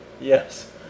Yes